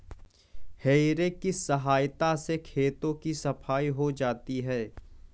हेइ रेक की सहायता से खेतों की सफाई हो जाती है